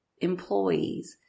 employees